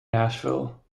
nashville